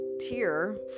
tier